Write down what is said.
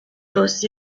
rossi